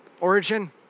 origin